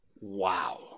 Wow